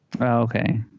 Okay